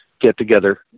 get-together